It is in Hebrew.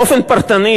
באופן פרטני,